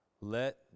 Let